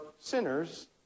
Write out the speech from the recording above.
sinners